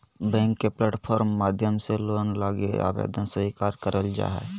bank के platform माध्यम से लोन लगी आवेदन स्वीकार करल जा हय